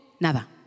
nada